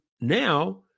now